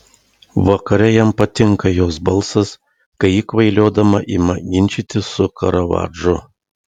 vakare jam patinka jos balsas kai ji kvailiodama ima ginčytis su karavadžu